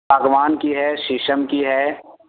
ساگوان کی ہے شیشم کی ہے